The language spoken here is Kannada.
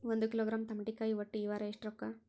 ಒಂದ್ ಕಿಲೋಗ್ರಾಂ ತಮಾಟಿಕಾಯಿ ಒಟ್ಟ ಈ ವಾರ ಎಷ್ಟ ರೊಕ್ಕಾ?